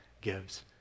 gives